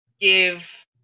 give